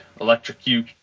electrocute